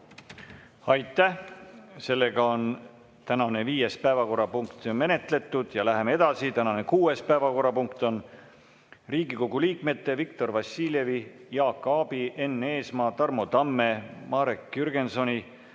Aitäh! Tänane viies päevakorrapunkt on menetletud. Läheme edasi. Tänane kuues päevakorrapunkt on Riigikogu liikmete Viktor Vassiljevi, Jaak Aabi, Enn Eesmaa, Tarmo Tamme, Marek Jürgensoni,